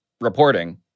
reporting